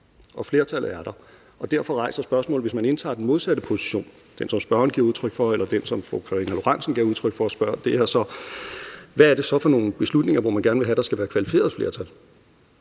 Og flertallet er der. Derfor rejser jeg spørgsmålet: Hvis man indtager den modsatte position – den, som spørgeren giver udtryk for, eller den, som fru Karina Lorentzen giver udtryk for – hvad er det så for nogle beslutninger, man gerne vil have at der skal være kvalificeret flertal